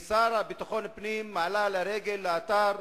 השר לביטחון פנים עלה לרגל לאתר,